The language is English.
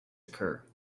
occur